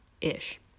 ish